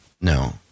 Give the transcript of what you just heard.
No